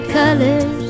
colors